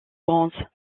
bronze